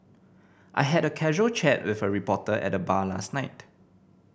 I had a casual chat with a reporter at the bar last night